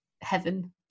heaven